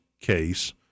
case